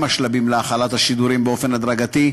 השלבים להחלת השידורים באופן הדרגתי,